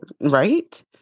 Right